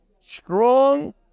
strong